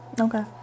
Okay